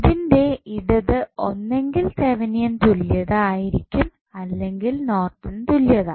ഇതിൻറെ ഇടത് ഒന്നെങ്കിൽ തെവനിയൻ തുല്യത ആയിരിക്കും അല്ലെങ്കിൽ നോർട്ടൺ തുല്യത